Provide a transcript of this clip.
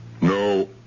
No